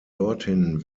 dorthin